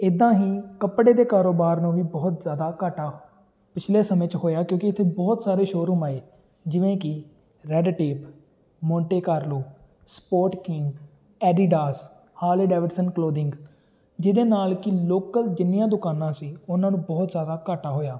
ਇੱਦਾਂ ਹੀ ਕੱਪੜੇ ਦੇ ਕਾਰੋਬਾਰ ਨੂੰ ਵੀ ਬਹੁਤ ਜ਼ਿਆਦਾ ਘਾਟਾ ਪਿਛਲੇ ਸਮੇਂ 'ਚ ਹੋਇਆ ਕਿਉਂਕਿ ਇੱਥੇ ਬਹੁਤ ਸਾਰੇ ਸ਼ੋਅਰੂਮ ਆਏ ਜਿਵੇਂ ਕਿ Red Tape Monte Carlo Sport King Adidas Harley Davidson clothing ਜਿਹਦੇ ਨਾਲ ਕਿ ਲੋਕਲ ਜਿੰਨੀਆਂ ਦੁਕਾਨਾਂ ਸੀ ਉਨ੍ਹਾਂ ਨੂੰ ਬਹੁਤ ਜ਼ਿਆਦਾ ਘਾਟਾ ਹੋਇਆ